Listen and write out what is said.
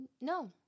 No